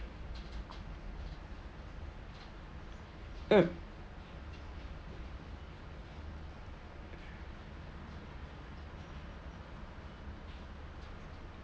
mm